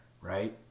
right